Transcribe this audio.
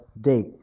date